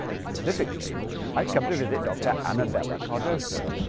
specifically i've come to visit dr. annabella cardoso